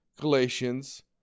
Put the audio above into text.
Galatians